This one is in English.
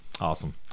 awesome